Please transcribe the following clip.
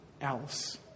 else